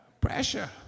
Pressure